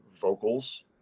vocals